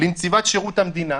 לנציבת שירות המדינה,